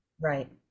Right